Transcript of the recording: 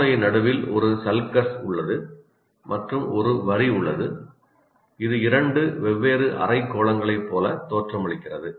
மூளையின் நடுவில் ஒரு சல்கஸ் உள்ளது மற்றும் ஒரு வரி உள்ளது இது இரண்டு வெவ்வேறு அரைக்கோளங்களைப் போல தோற்றமளிக்கிறது